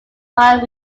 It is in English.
fire